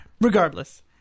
regardless